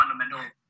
fundamental